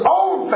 own